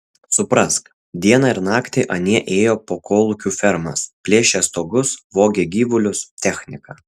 suprask dieną ir naktį anie ėjo po kolūkių fermas plėšė stogus vogė gyvulius techniką